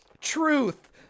truth